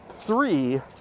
three